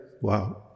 Wow